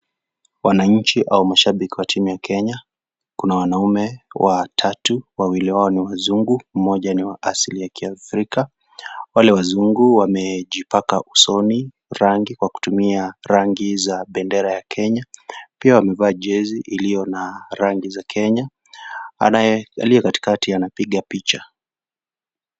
Wananchi au mashabiki wa timu ya Kenya. Kuna wanaume watatu, wawili wao ni wazungu, mmoja ni wa asilia ya kiafrika. Wale wazungu wamejipaka usoni rangi, kwa kutumia rangi za bendera ya Kenya pia wamevaa jezi iliyo na rangi za Kenya, anaye aliye katikati anapiga picha.